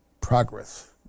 progress